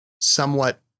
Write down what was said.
somewhat